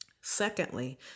Secondly